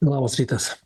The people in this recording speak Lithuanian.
labas rytas